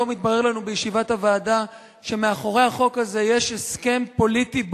היום התברר בישיבת הוועדה שמאחורי החוק הזה יש הסכם פוליטי ברור,